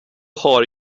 har